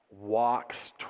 walks